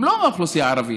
הם לא מהאוכלוסייה הערבית.